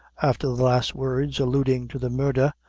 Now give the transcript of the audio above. after the last words, alluding to the murder,